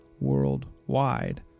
worldwide